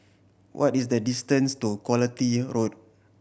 what is the distance to Quality Road